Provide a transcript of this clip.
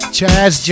Chaz